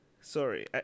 sorry